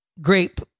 grape